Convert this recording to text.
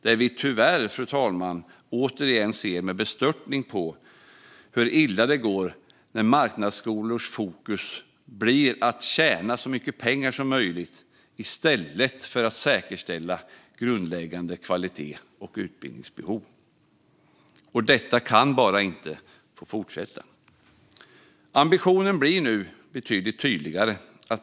Där har vi tyvärr, fru talman, återigen sett med bestörtning hur illa det går när marknadsskolors fokus blir att tjäna så mycket pengar som möjligt i stället för att säkerställa grundläggande kvalitet och se till utbildningsbehov. Detta kan bara inte få fortsätta. Ambitionen blir nu betydligt tydligare.